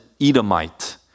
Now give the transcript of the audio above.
Edomite